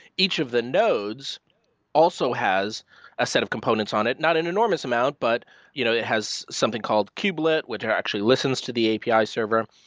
each of the nodes also has a set of components on it, not an enormous amount, but you know it has something called cubelet which actually listens to the api server.